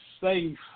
safe